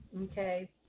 Okay